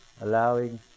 allowing